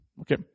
Okay